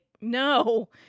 no